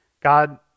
God